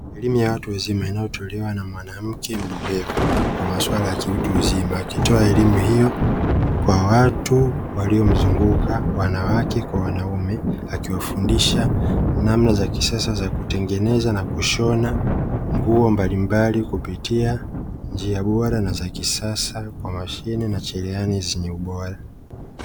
Elimu ya watu wazima, inayotolewa na mwanamke mbobevu kwa masuala ya kiutu uzima, akitoa elimu hiyo kwa watu waliomzunguka wanawake kwa wanaume, akiwafundisha namna za kisasa za kutengeneza na kushona nguo mbalimbali kupitia njia bora na za kisasa kwa mashine na cherehani zenye ubora.